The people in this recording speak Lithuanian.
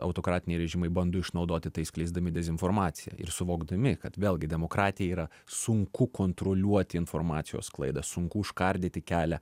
autokratiniai režimai bando išnaudoti tai skleisdami dezinformaciją ir suvokdami kad vėlgi demokratiją yra sunku kontroliuoti informacijos sklaidą sunku užkardyti kelią